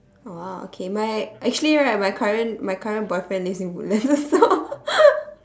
oh !wow! okay my actually right my current my current boyfriend lives in woodlands also